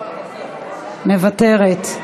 מוותרת.